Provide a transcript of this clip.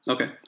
Okay